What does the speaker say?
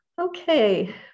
Okay